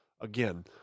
again